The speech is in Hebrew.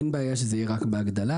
אין בעיה שזה יהיה רק בהגדלה.